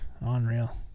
unreal